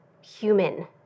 human